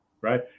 Right